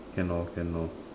cannot cannot